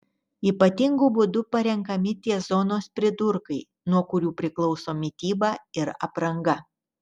ypatingu būdu parenkami tie zonos pridurkai nuo kurių priklauso mityba ir apranga